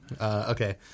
Okay